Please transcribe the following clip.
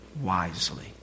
wisely